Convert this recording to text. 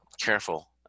careful